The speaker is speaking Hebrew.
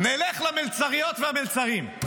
-- נלך למלצריות ולמלצרים.